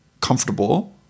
comfortable